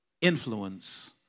influence